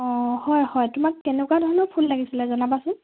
অ হয় হয় তোমাক কেনেকুৱা ধৰণৰ ফুল লাগিছিলে জনাবাচোন